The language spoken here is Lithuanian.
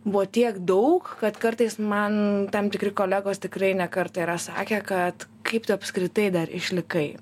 buvo tiek daug kad kartais man tam tikri kolegos tikrai ne kartą yra sakę kad kaip tu apskritai dar išlikai